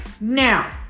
now